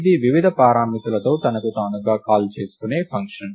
ఇది వివిధ పారామితులతో తనకు తానుగా కాల్ చేసుకునే ఫంక్షన్